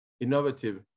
innovative